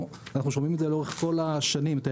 חד ועכשיו אנחנו צריכים לתת לחקלאים כי כולם